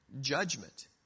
judgment